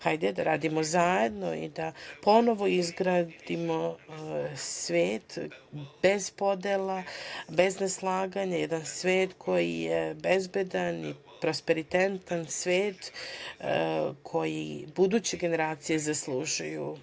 Hajde da radimo zajedno i da ponovo izgradimo svet bez podela, bez neslaganja, jedan svet koji je bezbedan i prosperitetan, svet koji buduće generacije zaslužuju.